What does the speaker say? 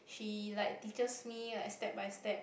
she like teaches me like step by step